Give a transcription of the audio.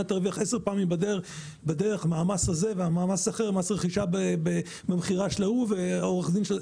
תרוויח עשר פעמים בדרך ממס רכישה כזה או אחר.